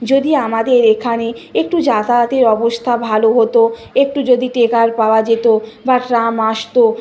যদি আমাদের এখানে একটু যাতায়াতের অবস্থা ভালো হতো একটু যদি ট্রেকার পাওয়া যেত বা ট্রাম আসত